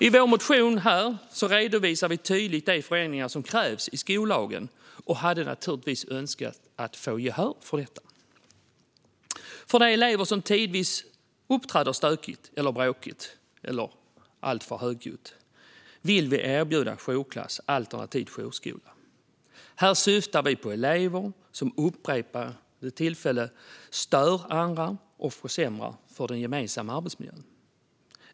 I vår motion redovisar vi tydligt de förändringar som krävs i skollagen och hade naturligtvis önskat få gehör för den. De elever som tidvis uppträder stökigt, bråkigt eller alltför högljutt vill vi erbjuda jourklass alternativt jourskola. Här syftar vi på elever som vid upprepade tillfällen stör andra och försämrar den gemensamma arbetsmiljön.